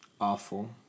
Awful